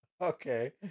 Okay